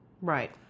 Right